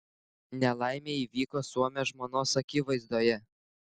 nelaimė įvyko suomio žmonos akivaizdoje